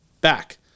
back